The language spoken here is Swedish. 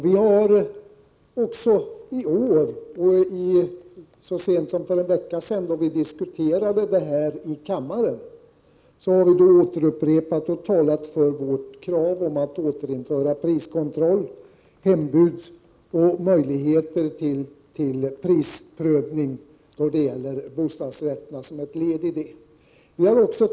Vi har också i år och så sent som för en vecka sedan, då vi diskuterade denna fråga i kammaren, upprepat vårt krav om att återinföra priskontroll, hembud och möjlighet till prisprövning då det gäller bostadsrätterna som ett led i vår politik.